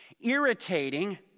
irritating